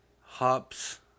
hops